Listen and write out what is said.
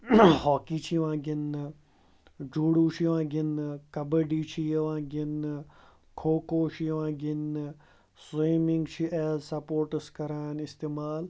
hockey چھِ یِوان گِںٛدنہٕ جوڈوٗ چھِ یِوان گِنٛدنہٕ کَبٔڈی چھِ یِوان گِنٛدنہٕ کھو کھو چھِ یِوان گِنٛدنہٕ سِومِنٛگ چھِ ایز سپوٹٕس کَران استعمال